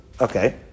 Okay